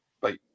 Bye